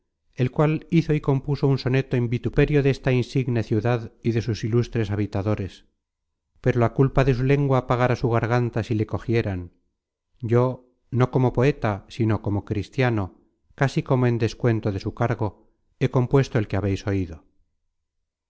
el cual hizo y compuso un soneto en vituperio desta insigne ciudad y de sus ilustres habitadores pero la culpa de su lengua pagara su garganta si le cogieran yo no como poeta sino como cristiano casi como en descuento de su cargo he compuesto zolo